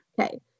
Okay